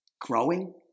growing